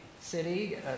city